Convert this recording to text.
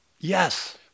Yes